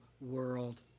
world